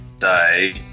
say